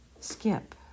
Skip